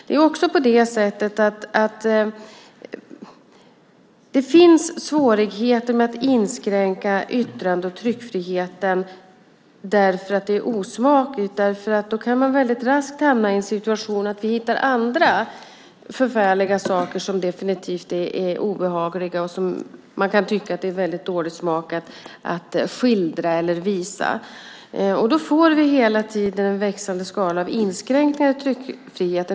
Det är också på det sättet att det finns svårigheter med att inskränka yttrande och tryckfriheten på grund av att det är osmakligt. Då kan man nämligen väldigt raskt hamna i situationen att man hittar andra förfärliga saker som definitivt är obehagliga och som man kan tycka att det är väldigt dålig smak att skildra eller visa. Då får vi hela tiden en växande skara av inskränkningar av tryckfriheten.